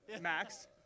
Max